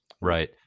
Right